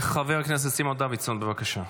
חבר הכנסת סימון דוידסון, בבקשה.